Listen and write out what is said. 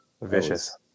Vicious